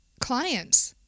clients